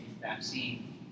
vaccine